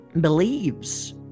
believes